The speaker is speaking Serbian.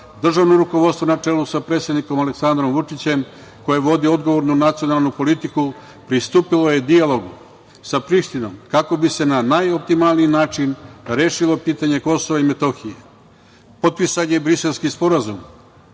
Državno rukovodstvo na čelu sa predsednikom Aleksandrom Vučićem koje vodi odgovornu nacionalnu politiku, pristupilo je dijalogu sa Prištinom, kako bi se na najoptimalniji način rešilo pitanje Kosova i Metohije. Potpisan je Briselski sporazum,